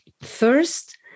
First